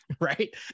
right